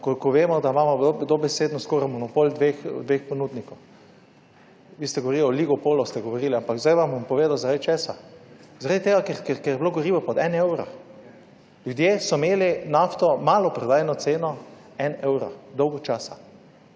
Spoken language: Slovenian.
ko vemo, da imamo dobesedno skoraj monopol dveh ponudnikov. Vi ste govorili o oligopolu, ste govorili, ampak zdaj vam bom povedal zaradi česa. Zaradi tega, ker je bilo gorivo pod en evro. Ljudje so imeli nafto, maloprodajno ceno en evro dolgo časa